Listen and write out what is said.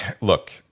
Look